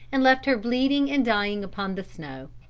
and left her bleeding and dying upon the snow.